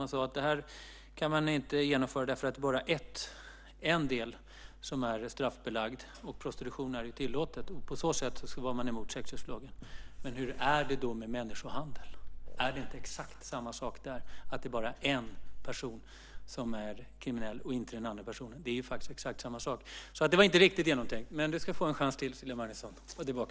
Man sade att man inte kan genomför detta därför att det bara är en del som är straffbelagd. Prostitution är ju tillåtet. På så sätt var man emot sexköpslagen. Men hur är det då med människohandel? Är det inte exakt samma sak där? Det är ju bara en person som är kriminell, och inte den andra. Det var alltså inte riktigt genomtänkt, men du ska få en chans till, Cecilia Magnusson.